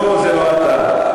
לא, זה לא אתה.